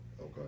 Okay